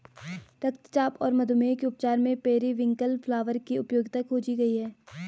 रक्तचाप और मधुमेह के उपचार में पेरीविंकल फ्लावर की उपयोगिता खोजी गई है